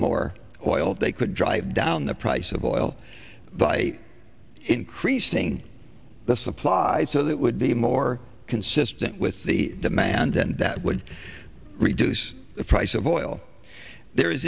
more oil they could drive down the price of oil by increasing the supply so that would be more consistent with the demand and that would reduce the price of oil there is